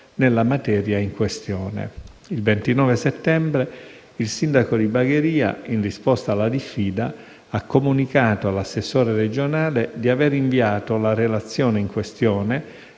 nella materia in questione. Il 29 settembre, il sindaco di Bagheria, in risposta alla diffida, ha comunicato all'assessore regionale di aver inviato la relazione in questione,